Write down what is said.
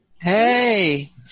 hey